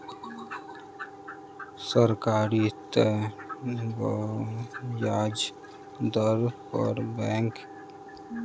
सरकारी तय ब्याज दर पर बैंक कृषक के ऋण देलक